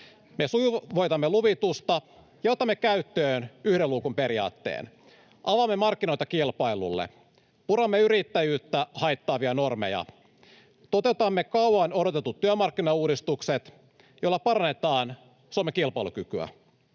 Me sujuvoitamme luvitusta ja otamme käyttöön yhden luukun periaatteen. Avaamme markkinoita kilpailulle. Puramme yrittäjyyttä haittaavia normeja. Toteutamme kauan odotetut työmarkkinauudistukset, joilla parannetaan Suomen kilpailukykyä.